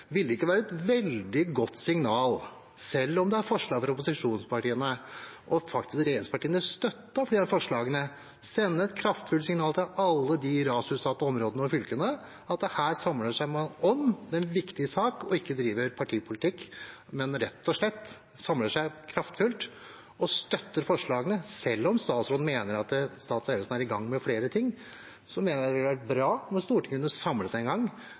det ikke være et veldig godt signal, selv om det er forslag fra opposisjonspartiene, om regjeringspartiene faktisk støttet flere av forslagene? Det kunne sende et kraftfullt signal til alle de rasutsatte områdene og fylkene om at man her samler seg om en viktig sak og ikke driver partipolitikk, men rett og slett samler seg kraftfullt og støtter forslagene. Selv om statsråden mener at Statens vegvesen er i gang med flere ting, mener jeg det ville vært bra om Stortinget kunne samles en gang